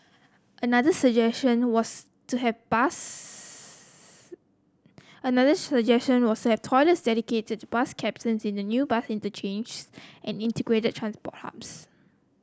another suggestion was to have bus another suggestion was to have toilets dedicated to bus captains in the new bus interchanges and integrated transport hubs